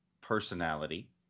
personality